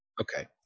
okay